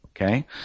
Okay